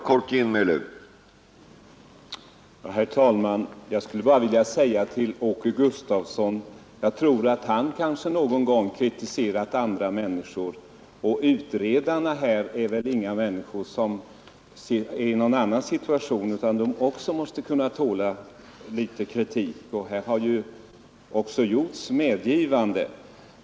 Herr talman! Jag skulle bara vilja säga till Åke Gustavsson, att jag tror att han någon gång kritiserat andra människor, och utredarna här är väl inte i någon annan situation än vi övriga, utan de måste också kunna tåla litet kritik.